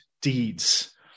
deeds